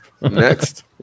Next